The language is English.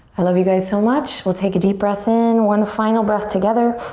i love you guys so much, we'll take a deep breath in, one final breath together,